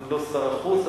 לא שר החוץ,